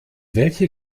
welche